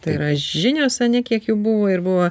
tai yra žinios ane kiek jų buvo ir buvo